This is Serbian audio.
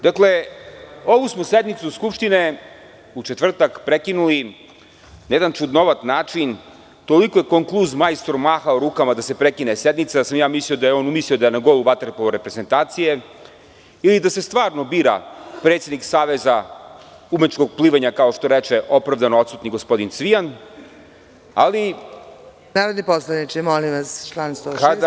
Dakle, ovu smo sednicu Skupštine u četvrtak prekinuli na jedan čudnovat način, toliko je konkluz majstor mahao rukama da se prekine sednica da sam mislio da je on umislio da je na golu vaterpolo reprezentacije ili da se stvarno bira predsednik saveza umetničkog plivanja, kao što reče opravdano odsutni gospodin Cvijan. (Predsedavajuća: Narodni poslaniče, molim vas, član 106.